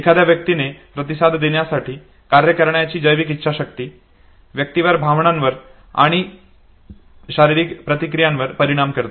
एखाद्या व्यक्तीने प्रतिसाद देण्यासाठी कार्य करण्याची जैविक इच्छाशक्ती व्यक्तिरेखा भावनांवर आणि शारीरिक प्रतिक्रियांवर परिणाम करते